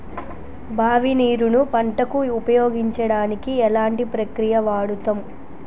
బావి నీరు ను పంట కు ఉపయోగించడానికి ఎలాంటి ప్రక్రియ వాడుతం?